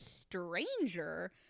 stranger